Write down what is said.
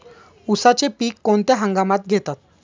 उसाचे पीक कोणत्या हंगामात घेतात?